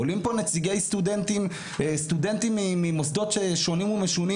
עולים פה נציגי סטודנטים ממוסדות שונים ומשונים